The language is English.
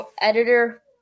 editor